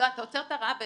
אתה עוצר את הרעה מתי?